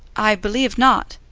i believe not.